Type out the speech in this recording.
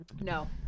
No